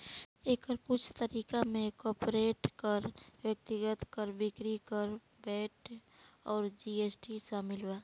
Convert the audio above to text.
एकर कुछ तरीका में कॉर्पोरेट कर, व्यक्तिगत कर, बिक्री कर, वैट अउर जी.एस.टी शामिल बा